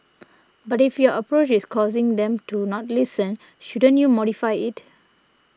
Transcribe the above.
but if your approach is causing them to not listen shouldn't you modify it